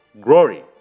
glory